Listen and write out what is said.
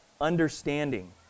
understanding